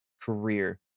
career